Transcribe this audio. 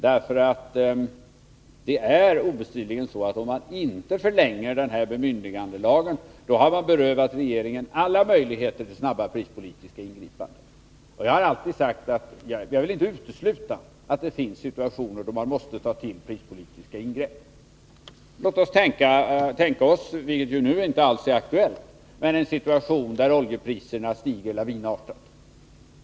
Det är obestridligen så att man om man inte förlänger den här bemyndigandelagen har berövat regeringen alla möjligheter till snabba prispolitiska ingripanden. Jag vill inte utesluta att det finns situationer då man måste ta till prispolitiska ingrepp. Låt oss tänka oss — vilket naturligtvis inte alls är aktuellt nu — en situation då oljepriserna stiger lavinartat.